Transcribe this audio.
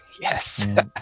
Yes